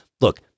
Look